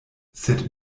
sed